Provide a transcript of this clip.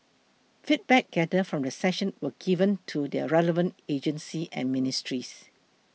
feedback gathered from the session will be given to the relevant agencies and ministries